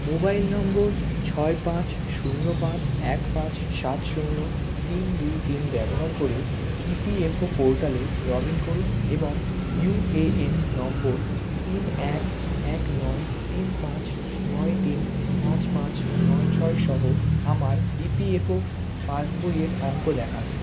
mobile নম্বর ছয় পাঁচ শূন্য পাঁচ এক পাঁচ সাত শূন্য তিন দুই তিন ব্যবহার করে ই পি এফ ও পোর্টালে লগ ইন করুন এবং ইউ এ এন নম্বর তিন এক এক নয় তিন পাঁচ নয় তিন পাঁচ পাঁচ নয় ছয় সহ আমার ই পি এফ ও পাসবইয়ের অঙ্ক দেখান